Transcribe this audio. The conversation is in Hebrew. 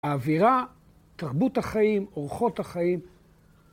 האווירה, תרבות החיים, אורחות החיים.